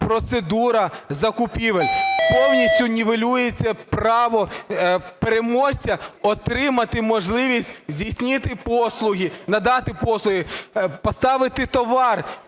процедура закупівель? Повністю нівелюється право переможця отримати можливість здійснити послуги, надати послуги, поставити товар.